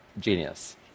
genius